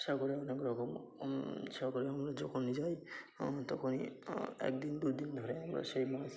সাগরে অনেক রকম সাগরে আমরা যখনই যাই তখনই একদিন দু দিন ধরে আমরা সেই মাছ